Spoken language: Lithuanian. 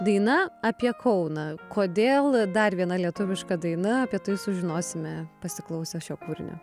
daina apie kauną kodėl dar viena lietuviška daina apie tai sužinosime pasiklausę šio kūrinio